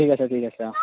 ঠিক আছে ঠিক আছে